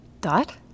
Dot